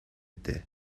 дээ